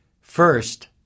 First